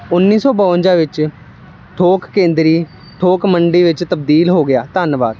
ਉੱਨੀ ਸੌ ਬਵੰਜਾ ਵਿੱਚ ਥੋਕ ਕੇਂਦਰੀ ਥੋਕ ਮੰਡੀ ਵਿੱਚ ਤਬਦੀਲ ਹੋ ਗਿਆ ਧੰਨਵਾਦ